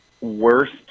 worst